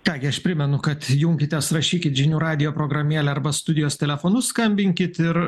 ką gi aš primenu kad junkitės rašykit žinių radijo programėlė arba studijos telefonu skambinkit ir